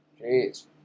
Jeez